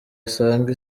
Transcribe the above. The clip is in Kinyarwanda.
asange